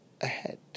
ahead